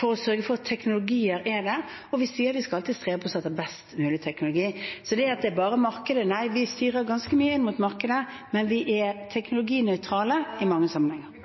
for å sørge for at teknologier er der, og vi sier at vi skal alltid strebe etter best mulig teknologi. Så det at det er bare markedet: Nei, vi styrer ganske mye inn mot markedet, men vi er teknologinøytrale i mange sammenhenger.